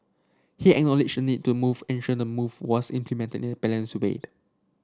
he acknowledged the need to move ensure the move was implemented balanced way